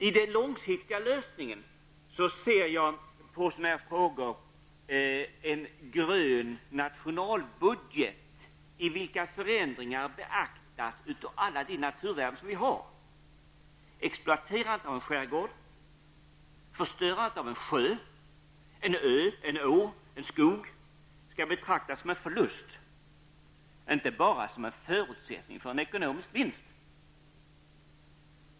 I den långsiktiga lösning av sådana här frågor ser jag en grön nationalbudget i vilken förändringar av alla de naturvärden som vi har beaktas. Exploaterandet av skärgård, förstörandet av en sjö, en ö, en å, en skog skall betraktas som en förlust -- inte bara som en förutsättning för en ekonomisk vinst.